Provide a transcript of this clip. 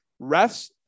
Refs